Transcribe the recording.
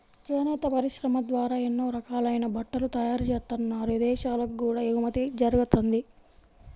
చేనేత పరిశ్రమ ద్వారా ఎన్నో రకాలైన బట్టలు తయారుజేత్తన్నారు, ఇదేశాలకు కూడా ఎగుమతి జరగతంది